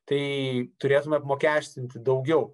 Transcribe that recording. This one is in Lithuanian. tai turėtume apmokestinti daugiau